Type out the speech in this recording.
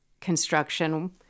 construction